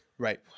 Right